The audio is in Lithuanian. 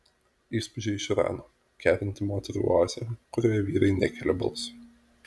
įspūdžiai iš irano kerinti moterų oazė kurioje vyrai nekelia balso